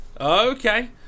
Okay